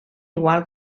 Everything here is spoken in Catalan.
igual